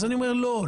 אני אומר לא.